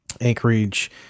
Anchorage